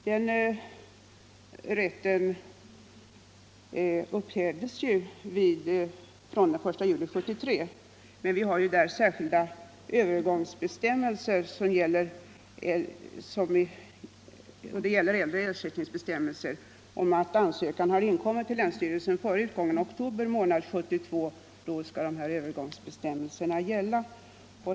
Den rätten upphävdes från den 1 juli 1973, men gamla ersättningsbestämmelser gäller när ansökan om detta har inkommit till länsstyrelsen före utgången av oktober 1972.